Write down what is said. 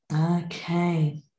Okay